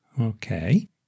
Okay